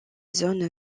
zone